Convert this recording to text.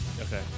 Okay